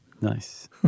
Nice